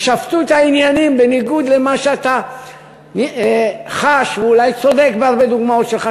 ששפטו את העניינים בניגוד למה שאתה חש או אולי צודק בהרבה דוגמאות שלך.